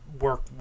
work